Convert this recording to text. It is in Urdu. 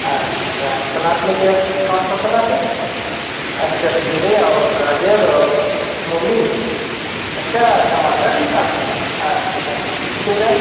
اچھا سلاد میں کیا کون سا سلاد ہے اچھا کھیرے اور گاجر اور مولی اچھا ٹماٹر بھی ساتھ میں ہے اچھا کتنے کا ہے